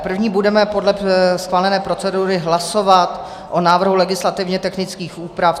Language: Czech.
První budeme podle schválené procedury hlasovat o návrhu legislativně technických úprav.